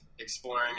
exploring